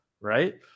right